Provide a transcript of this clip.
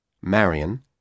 Marion